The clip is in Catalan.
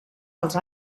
als